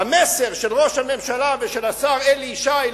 המסר של ראש הממשלה ושל השר אלי ישי,